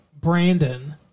Brandon